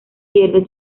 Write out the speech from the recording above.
pierde